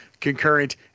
concurrent